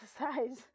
exercise